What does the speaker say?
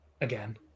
again